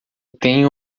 tenho